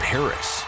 Paris